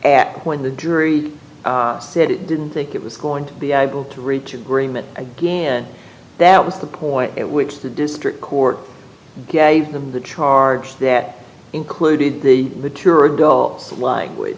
ak when the jury said it didn't think it was going to be able to reach agreement again that was the point at which the district court gave them the charge that included the mature